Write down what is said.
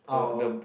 oh